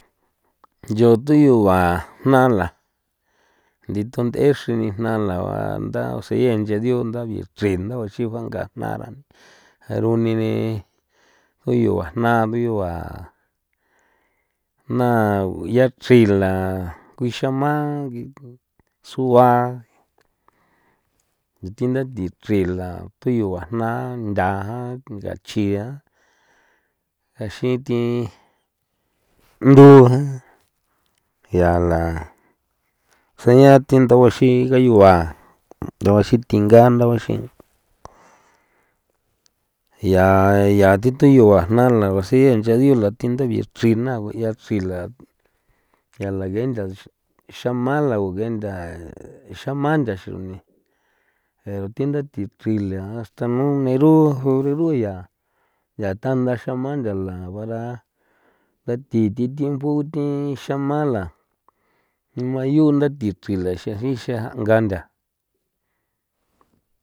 Yo tuyu gua jna la nditun nd'e xrin ni jna la banda sinche dio nda nche chrinda o xiba nga'a jna jero ni uyua jna uyu gua jna ya'a chrin la kuixama gi sua thi ndathi chrin la thu yugua jna ntha jan nthachia ngaxin thi mbu jan ya la seña thi nda baxin ngayugua nda baxin thinga nda baxin ya ya thi tuyu gua jna la usiee ncha dio la thinda ndichri na ui'a chrin la ya la ge ntha xama la uge ntha e xma nthaxuni yaa thi ndathi chrila asta n ero jo reru ya, ya tanda xama ntha la bara nda thi thinbo thi xama la mayu ndathi chrin la xe jixen jan nga ntha.